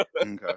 Okay